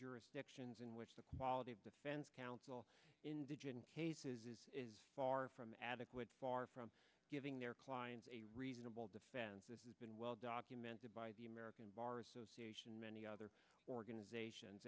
jurisdictions in which the quality of defense counsel indigent cases is far from adequate far from giving their client's a reasonable defense this has been well documented by the american bar association many other organizations